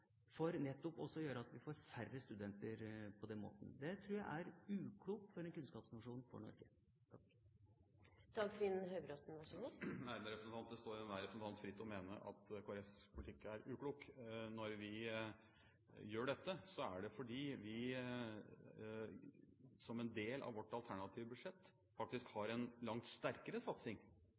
vi skal få færre studenter. Det tror jeg er uklokt for en kunnskapsnasjon som Norge. Det står enhver representant fritt å mene at Kristelig Folkepartis politikk er uklok. Når vi gjør dette, er det fordi vi som en del av vårt alternative budsjett faktisk har en langt sterkere satsing